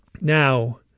Now